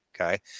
okay